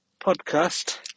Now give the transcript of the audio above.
podcast